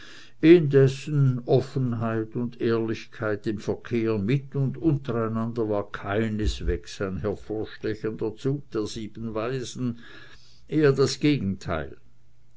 indessen offenheit und ehrlichkeit im verkehr mit und untereinander war keineswegs ein hervorstechender zug der sieben waisen eher das gegenteil